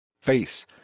face